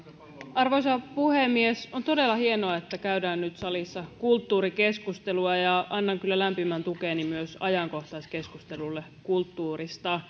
arvoisa puhemies on todella hienoa että käydään nyt salissa kulttuurikeskustelua ja annan kyllä lämpimän tukeni myös ajankohtaiskeskustelulle kulttuurista